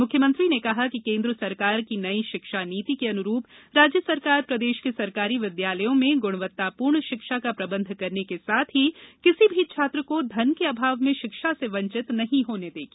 मुख्यमंत्री ने कहा केन्द्र सरकार की नई शिक्षा नीति के अन्रू राज्य सरकार प्रदेश के सरकारी विद्यालयों में ग्णवत्ता र्ण शिक्षा का प्रबंध करने के साथ ही किसी भी छात्र को धन के अभाव में शिक्षा से वंचित नहीं होने देगी